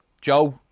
Joe